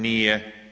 Nije.